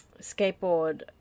skateboard